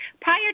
prior